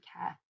care